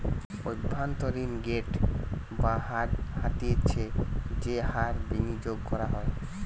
অভ্যন্তরীন রেট বা হার হতিছে যেই হার বিনিয়োগ করা হয়